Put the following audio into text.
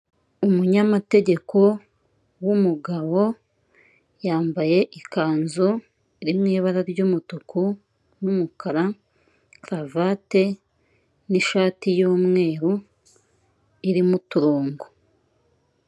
Umunyamategeko w'umugabo yambaye ikanzu iri mu ibara ry'umutuku n'umukara, karuvate n'ishati y'umweru irimo uturongo.